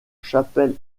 chapelle